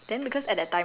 my